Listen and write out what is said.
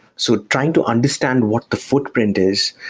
so trying to understand what the footprint is,